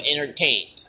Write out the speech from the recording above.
entertained